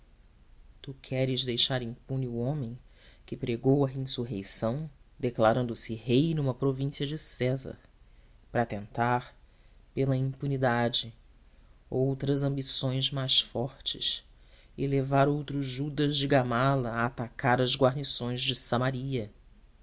tu queres deixar impune o homem que pregou a insurreição declarando se rei numa província de césar para tentar pela impunidade outras ambições mais fortes e levar outro judas de gamala a atacar as guarnições de samaria